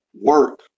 work